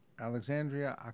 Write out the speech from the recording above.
Alexandria